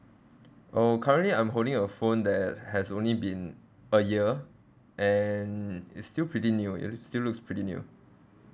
oh currently I'm holding a phone that has only been a year and it's still pretty new it's still looks pretty new